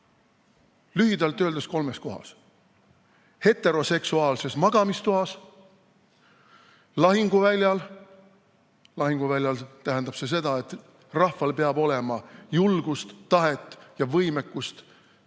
lühidalt öeldes kolmes kohas: heteroseksuaalses magamistoas, lahinguväljal – lahinguväljal tähendab seda, et rahval peab olema julgust, tahet ja võimekust ka,